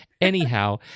Anyhow